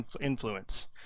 influence